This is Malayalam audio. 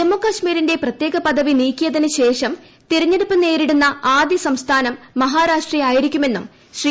ജമ്മു കശ്മീരിന്റെ പ്രത്യേക പദവി നീക്കിയതിന് ശേഷം തെരഞ്ഞെടുപ്പ് നേരിടുന്ന ് ആദ്യ സംസ്ഥാനം മഹാരാഷ്ട്രയായിരിക്കുമെന്നും ശ്രീ